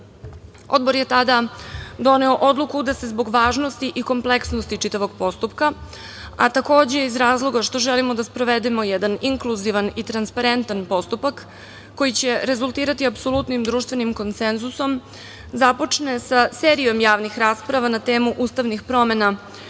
je tada doneo odluku da se zbog važnosti i kompleksnosti čitavog postupka, a takođe iz razloga što želimo da sprovedemo jedan inkluzivan i transparentan postupak koji će rezultirati apsolutnim društvenim konsenzusom započne sa serijom javnih rasprava sa temom ustavnih promena